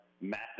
massive